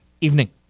evening